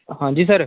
हां जी सर